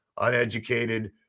uneducated